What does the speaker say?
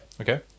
okay